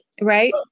Right